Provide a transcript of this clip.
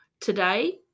Today